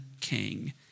King